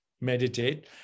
meditate